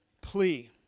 plea